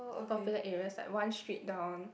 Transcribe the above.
popular areas like one street down